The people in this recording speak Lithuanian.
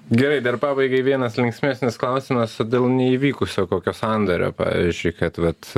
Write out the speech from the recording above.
gerai dar pabaigai vienas linksmesnis klausimas dėl neįvykusio kokio sandorio pavyzdžiui kad